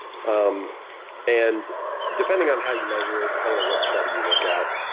um and depending on how you measure it, depending on what study you look at,